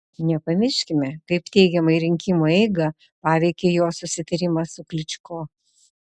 nepamirškime kaip teigiamai rinkimų eigą paveikė jo susitarimas su klyčko